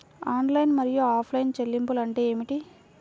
Online మరియు offline చెల్లింపులు అంటే ఏమిటి?